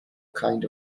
kind